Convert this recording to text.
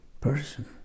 person